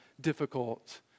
difficult